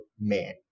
man